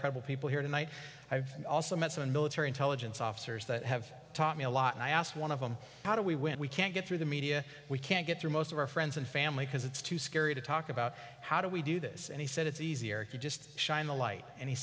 other people here tonight i've also met some military intelligence officers that have taught me a lot and i asked one of them how do we when we can't get through the media we can't get through most of our friends and family because it's too scary to talk about how do we do this and he said it's easier if you just shine the light and he